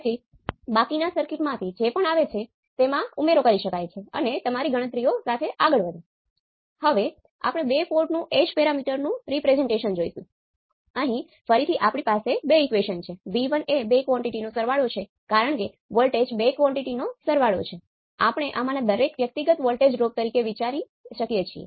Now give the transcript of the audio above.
તેથી તેનો અર્થ એ છે કે આ ટર્મિનલ અને તે ટર્મિનલ સમાન વોલ્ટેજ પર હોય છે